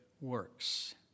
works